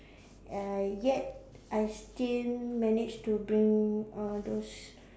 uh yet I still managed to bring all those